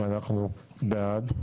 ואנחנו בעד.